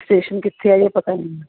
station ਕਿੱਥੇ ਹਜੇ ਪਤਾ ਨਹੀਂ